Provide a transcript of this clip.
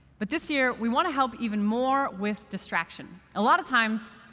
but this year, we want to help even more with distraction. a lot of times,